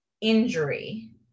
injury